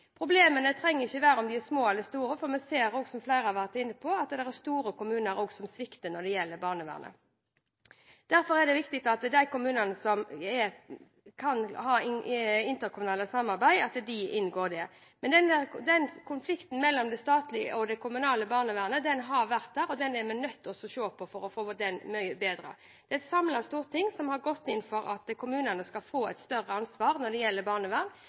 Problemene trenger ikke være om de er små eller store, for vi ser, som flere har vært inne på, at det også er store kommuner som svikter når det gjelder barnevern. Derfor er det viktig at de kommunene som kan gå inn i interkommunalt samarbeid, gjør det. Konflikten mellom det statlige og det kommunale barnevernet har vært der, og den er vi nødt til å se på for å få mye bedre forhold. Det er et samlet storting som har gått inn for at kommunene skal få et større ansvar for barnevern.